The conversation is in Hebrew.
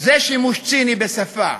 זה שימוש ציני בשפה,